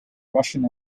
russian